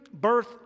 birth